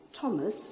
Thomas